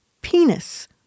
penis